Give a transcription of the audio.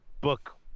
book